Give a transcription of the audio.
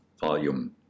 volume